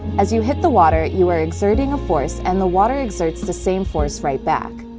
as you hit the water, you are exerting a force, and the water exerts the same force right back.